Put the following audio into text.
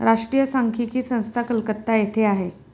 राष्ट्रीय सांख्यिकी संस्था कलकत्ता येथे आहे